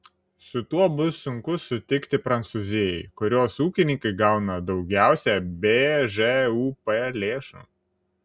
su tuo bus sunku sutikti prancūzijai kurios ūkininkai gauna daugiausiai bžūp lėšų